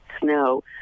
snow